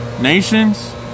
nations